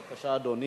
בבקשה, אדוני,